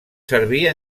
servir